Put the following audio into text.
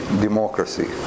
democracy